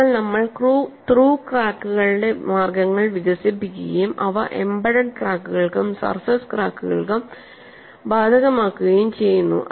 അതിനാൽ നമ്മൾ ത്രൂ ക്രാക്കുകളുടെ മാർഗ്ഗങ്ങൾ വികസിപ്പിക്കുകയും അവ എംബെഡഡ് ക്രാക്കുകൾക്കും സർഫസ് ക്രാക്കുകൾക്കും ബാധകമാക്കുകയും ചെയ്യുന്നു